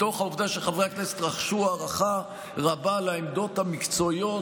מתוך העובדה שחברי הכנסת רחשו הערכה רבה לעמדות המקצועיות